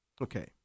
Okay